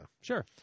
Sure